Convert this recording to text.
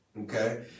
okay